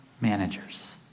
managers